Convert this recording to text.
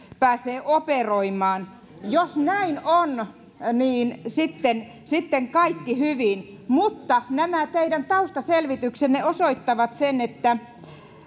pääsee operoimaan jos näin on niin sitten sitten kaikki on hyvin mutta nämä teidän taustaselvityksenne osoittavat sen että